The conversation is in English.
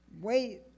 Wait